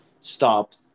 stopped